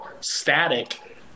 static